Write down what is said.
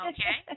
Okay